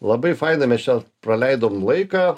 labai faina mes čia praleidom laiką